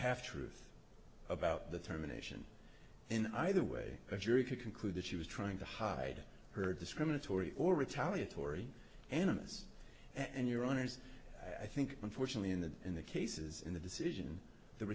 half truth about the terminations in either way the jury could conclude that she was trying to hide her discriminatory or retaliatory animus and your honors i think unfortunately in the in the cases in the decision the